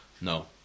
no